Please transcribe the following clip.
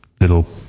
little